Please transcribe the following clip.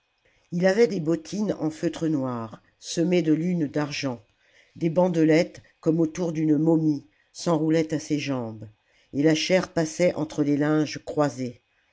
il avait des bottines en feutre noir semées de lunes d'argent des bandelettes comme autour d'une momie s'enroulaient à ses jambes et la chair passait entre les linges croisés